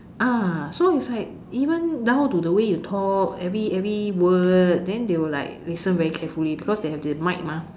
so is like even down to the way you talk every every word then they will like listen very carefully because they have the mic mah